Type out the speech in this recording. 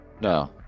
no